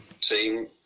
team